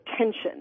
attention